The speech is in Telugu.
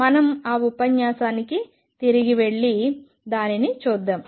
మనం ఆ ఉపన్యాసానికి తిరిగి వెళ్లి దానిని చూద్దాం